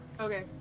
Okay